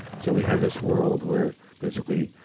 so we have this world where, basically,